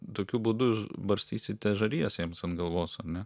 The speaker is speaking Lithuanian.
tokiu būdu barstysite žarijas jiems ant galvos ar ne